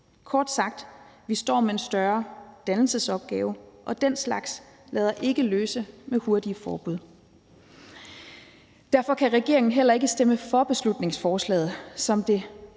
Kort sagt står vi med en større dannelsesopgave, og den slags lader sig ikke løse med hurtige forbud. Derfor kan regeringen heller ikke stemme for beslutningsforslaget, som det